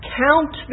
count